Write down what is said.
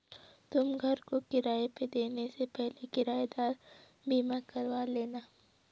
तुम घर को किराए पे देने से पहले किरायेदार बीमा करवा लेना